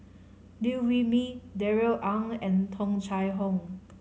Liew Wee Mee Darrell Ang and Tung Chye Hong